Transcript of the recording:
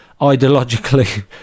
ideologically